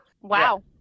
Wow